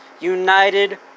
united